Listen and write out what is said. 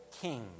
king